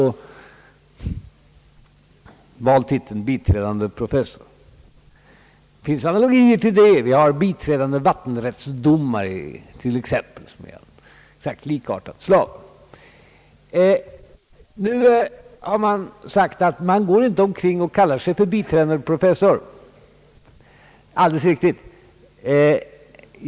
När vi har valt titeln biträdande professor finns det analogier på andra områden; vi har t.ex. biträdande vattenrättsdomare. Nu har det sagts att man inte går omkring och kallar sig för biträdande professor. Det är alldeles riktigt.